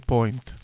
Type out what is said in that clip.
Point